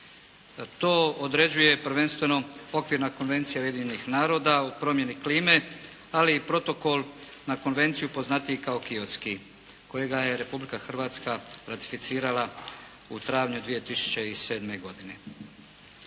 To određuje, prvenstveno okvirna konvencija Ujedinjenih naroda o promjeni klime, ali i protokol na konvenciji poznatiji kao Kyotski kojega je Republika Hrvatska ratificirala u travnju 2007. godine.